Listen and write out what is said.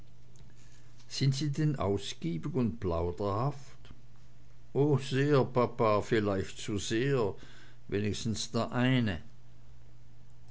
sind sie denn ausgiebig und plauderhaft o sehr papa vielleicht zu sehr wenigstens der eine